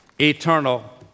eternal